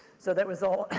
so that was all,